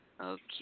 Okay